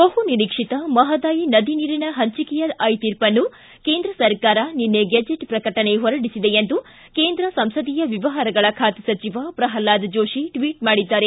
ಬಹು ನಿರೀಕ್ಷಿತ ಮಹದಾಯಿ ನದಿ ನೀರಿನ ಹಂಚಿಕೆಯ ಐತೀರ್ಪನ್ನು ಕೇಂದ್ರ ಸರ್ಕಾರ ನಿನ್ನೆ ಗೆಝೆಟ್ ಪ್ರಕಟಣೆ ಹೊರಡಿಸಿದೆ ಎಂದು ಕೇಂದ್ರ ಸಂಸದೀಯ ವ್ಯವಹಾರಗಳ ಖಾತೆ ಸಚಿವ ಪ್ರಹ್ನಾದ್ ಜೋಶಿ ಟ್ಟಿಟ್ ಮಾಡಿದ್ದಾರೆ